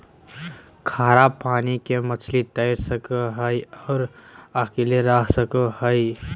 खारा पानी के मछली तैर सको हइ और अकेले रह सको हइ